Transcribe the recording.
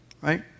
right